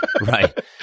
Right